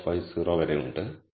450 വരെ ഉണ്ട്